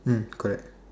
mm correct